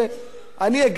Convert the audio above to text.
אני הגשתי, אדוני,